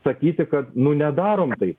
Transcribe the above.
sakyti kad nu nedarom taip